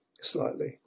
slightly